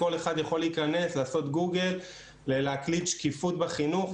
כל אחד יכול להקליד בגוגל "שקיפות בחינוך",